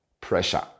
pressure